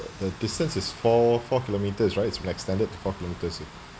the distance is four four kilometers right its max standard four kilometers